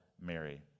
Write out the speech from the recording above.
Mary